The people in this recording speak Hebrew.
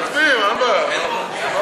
מצביעים, אין בעיה.